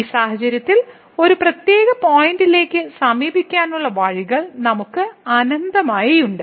ഈ സാഹചര്യത്തിൽ ഒരു പ്രത്യേക പോയിന്റിലേക്ക് സമീപിക്കാനുള്ള വഴികൾ നമുക്ക് അനന്തമായി ഉണ്ട്